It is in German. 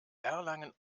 erlangen